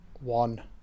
one